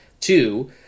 two